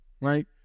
Right